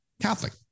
Catholic